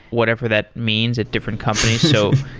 whatever that means at different companies. so